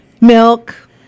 Milk